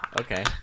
Okay